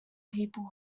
people